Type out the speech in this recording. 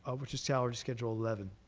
ah which is salary schedule eleven.